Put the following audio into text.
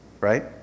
right